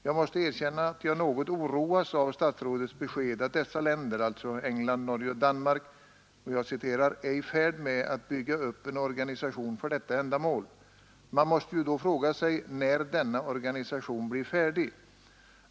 Jag måste erkänna att jag något oroas av statsrådets besked att dessa länder — alltså England, Norge och Danmark — är ”i färd med att bygga upp en organisation för detta ändamål ———”. Man måste ju då fråga sig när denna organisation är färdig.